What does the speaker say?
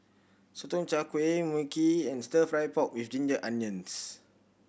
Sotong Char Kway Mui Kee and Stir Fry pork with ginger onions